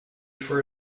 for